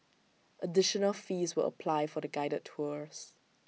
additional fees will apply for the guided tours